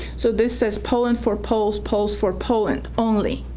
so this says poland for poles. poles for poland only,